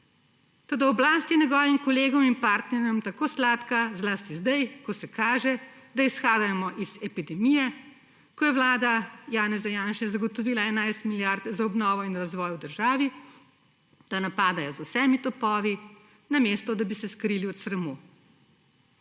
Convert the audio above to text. Toda oblast je njegovim kolegom in partnerjem tako sladka, zlasti zdaj, ko se kaže, da izhajamo iz epidemije, ko je vlada Janeza Janše zagotovila 11 milijard za obnovo in razvoj v državi, da napadajo z vsemi topovi, namesto da bi se skrili od sramu.